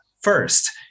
first